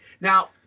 Now